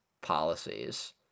policies